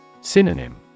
Synonym